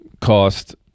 cost